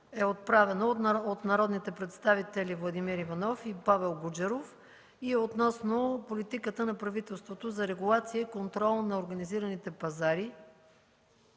е отправено от народните представители Владимир Иванов и Павел Гуджеров и е относно политиката на правителството за регулация и контрол на организираните пазари